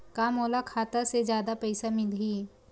का मोला खाता से जादा पईसा मिलही?